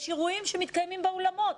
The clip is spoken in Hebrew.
יש אירועים שמתקיימים באולמות.